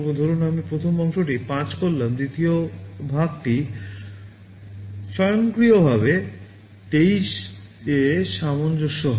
ধরুন আমি প্রথম অংশটি 5 করলাম দ্বিতীয় ভাগটি স্বয়ংক্রিয়ভাবে 23 এ সামঞ্জস্য হবে